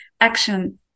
action